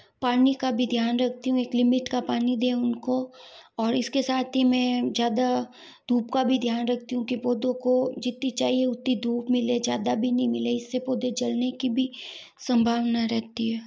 पानी का भी ध्यान रखती हूँ एक लिमिट का पानी दें उनको और इसके साथ ही मैं ज़्यादा धूप का भी ध्यान रखती हूँ कि पौधों को जितनी चाहिए उतनी धूप मिले ज़्यादा भी नहीं मिले इससे पौधे जलने की भी संभावना रहती है